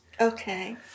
Okay